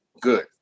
good